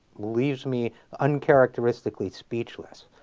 leaves me uncharacteristically speechless